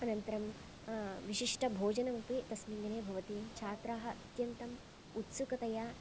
अनन्तरं विशिष्टभोजनमपि तस्मिन् दिने भवति छात्राः अत्यन्तम् उत्सुकतया